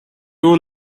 were